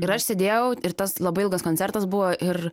ir aš sėdėjau ir tas labai ilgas koncertas buvo ir